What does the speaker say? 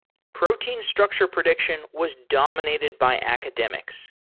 protein structure prediction was dominated by academics.